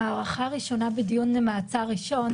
הארכה ראשונה בדיון מעצר ראשון,